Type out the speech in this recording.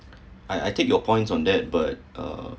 I I take your points on that but uh